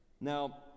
now